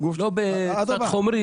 בצד חומרי.